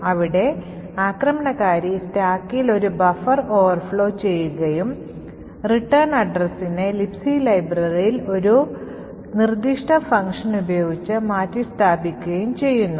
അവിടെ ആക്രമണകാരി സ്റ്റാക്കിൽ ഒരു ബഫർ overflow ചെയ്യുകയും റിട്ടേൺ വിലാസത്തെ Libc ലൈബ്രറിയിൽ ഒരു നിർദ്ദിഷ്ട ഫംഗ്ഷൻ ഉപയോഗിച്ച് മാറ്റിസ്ഥാപിക്കുകയും ചെയ്യുന്നു